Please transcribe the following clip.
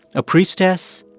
a priestess,